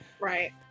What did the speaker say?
right